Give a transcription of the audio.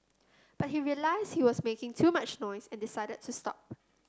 but he realised he was making too much noise and decided to stop